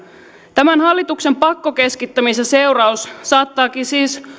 tämän hallituksen pakkokeskittämisen seuraus saattaakin siis